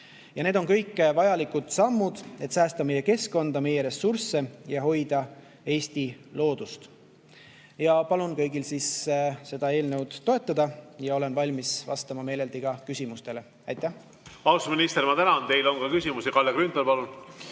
Need on kõik vajalikud sammud, et säästa meie keskkonda, meie ressursse ja hoida Eesti loodust. Palun kõigil seda eelnõu toetada ja olen meeleldi valmis vastama küsimustele. Aitäh!